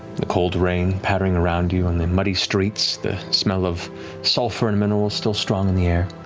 the cold rain pattering around you in the muddy streets, the smell of sulfur and minerals still strong in the air,